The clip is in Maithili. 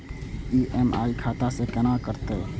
ई.एम.आई खाता से केना कटते?